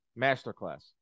masterclass